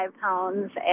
pounds